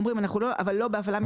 אבל לא בהפעלה מסחרית.